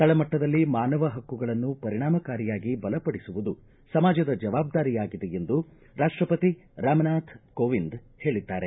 ತಳಮಟ್ಟದಲ್ಲಿ ಮಾನವ ಹಕ್ಕುಗಳನ್ನು ಪರಿಣಾಮಕಾರಿಯಾಗಿ ಬಲಪಡಿಸುವುದು ಸಮಾಜದ ಜವಾಬ್ದಾರಿಯಾಗಿದೆ ಎಂದು ರಾಷ್ಟಪತಿ ರಾಮನಾಥ್ ಕೋವಿಂದ್ ಹೇಳಿದ್ದಾರೆ